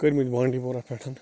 کٔرۍ مٕتۍ بانڈی پوٗرہ پٮ۪ٹھ